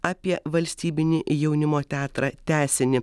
apie valstybinį jaunimo teatrą tęsinį